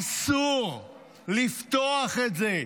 אסור לפתוח את זה.